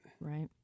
Right